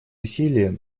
усилия